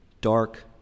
dark